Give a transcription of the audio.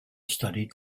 studied